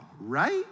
right